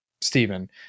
stephen